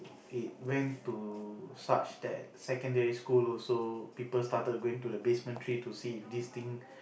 it went to such that secondary school also people started going to the basement three to see if this thing